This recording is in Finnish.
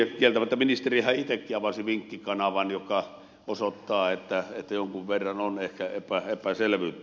kieltämättä ministerihän itsekin avasi vinkkikanavan mikä osoittaa että jonkun verran on ehkä epäselvyyttä